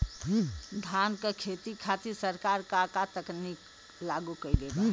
धान क खेती खातिर सरकार का का तकनीक लागू कईले बा?